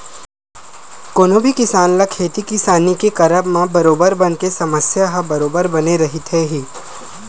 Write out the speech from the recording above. कोनो भी किसान ल खेती किसानी के करब म बरोबर बन के समस्या ह बरोबर बने रहिथे ही